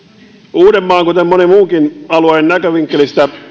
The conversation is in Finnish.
uudenmaan kuten monen muunkin alueen näkövinkkelistä